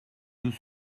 deux